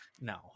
no